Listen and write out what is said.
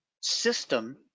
system